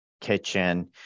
kitchen